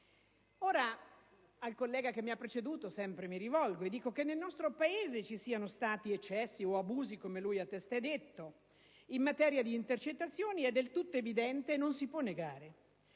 Al collega che mi ha preceduto sempre mi rivolgo: che nel nostro Paese ci siano stati eccessi o abusi - come lui ha testé detto - in materia di intercettazioni è del tutto evidente e non si può negare,